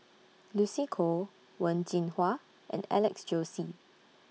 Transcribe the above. Lucy Koh Wen Jinhua and Alex Josey